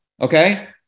Okay